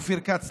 אופיר כץ,